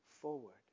forward